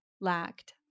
lacked